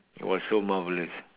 it was so marvellous